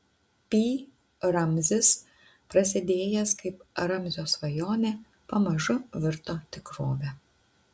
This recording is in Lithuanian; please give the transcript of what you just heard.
pi ramzis prasidėjęs kaip ramzio svajonė pamažu virto tikrove